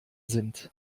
sind